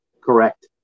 correct